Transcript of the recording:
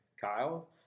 Kyle